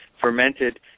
fermented